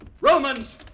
Romans